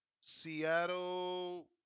Seattle